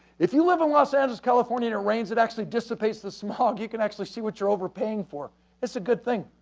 if you live in los angeles, california in rain, it actually dissipates the smog you can actually see what you're overpaying for it's a good thing,